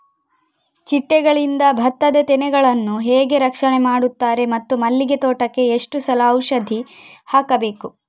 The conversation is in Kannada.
ಚಿಟ್ಟೆಗಳಿಂದ ಭತ್ತದ ತೆನೆಗಳನ್ನು ಹೇಗೆ ರಕ್ಷಣೆ ಮಾಡುತ್ತಾರೆ ಮತ್ತು ಮಲ್ಲಿಗೆ ತೋಟಕ್ಕೆ ಎಷ್ಟು ಸಲ ಔಷಧಿ ಹಾಕಬೇಕು?